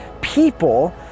people